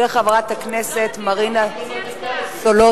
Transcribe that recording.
של חברת הכנסת מרינה סולודקין.